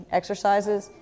exercises